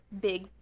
big